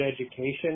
education